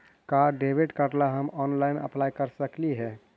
का debit card ला हम ऑनलाइन अप्लाई कर सकली हे?